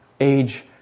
age